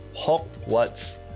Hogwarts